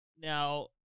Now